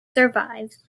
survives